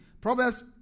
Proverbs